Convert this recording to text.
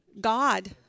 God